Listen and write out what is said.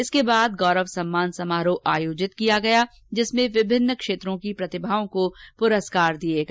इसके बाद गौरव सम्मान समारोह आयोजित किया जिसमें विभिन्न क्षेत्र की प्रतिभाओं को पुरूस्कृत किया गया